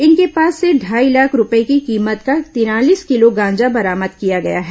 इनके पास से ढाई लाख रूपए की कीमत का तिरालीस किलो गांजा बरामद किया गया है